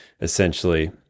essentially